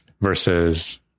versus